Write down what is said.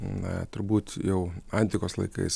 na turbūt jau antikos laikais